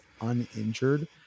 uninjured